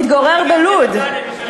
מתגורר בלוד.